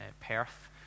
Perth